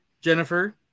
Jennifer